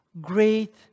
great